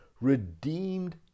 redeemed